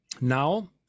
now